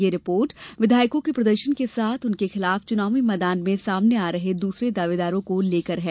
यह रिपोर्ट विधायकों के प्रदर्शन के साथ उनके खिलाफ चुनावी मैदान में सामने आ रहे दुसरे दावेदारों को लेकर है